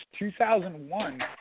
2001